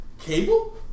Cable